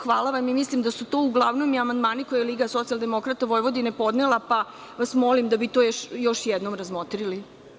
Hvala vam, i mislim da su to uglavnom amandmani LSD Vojvodine podnela, pa vas molim da vi to još jednom razmotrite.